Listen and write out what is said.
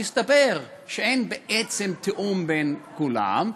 והסתבר שאין תיאום בין כולם,